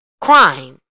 crime